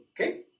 Okay